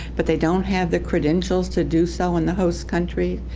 but they don't have the credentials to do so in the host country.